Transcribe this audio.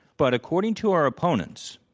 but according to our opponents,